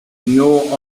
know